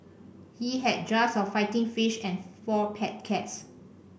he had jars of fighting fish and four pet cats